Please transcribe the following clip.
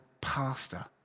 pastor